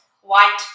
white